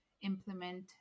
implement